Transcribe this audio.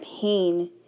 pain